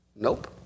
Nope